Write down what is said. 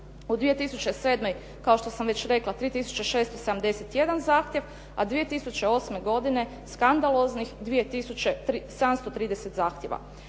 u 2007. kao što sam već rekla 3671 zahtjev, a 2008. godine skandaloznih 2730 zahtjeva.